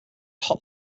hot